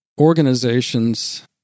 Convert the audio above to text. organizations